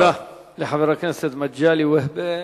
תודה לחבר הכנסת מגלי והבה.